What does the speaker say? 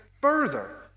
further